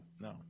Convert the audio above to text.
No